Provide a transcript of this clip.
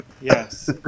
Yes